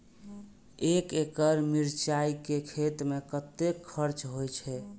एक एकड़ मिरचाय के खेती में कतेक खर्च होय छै?